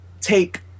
take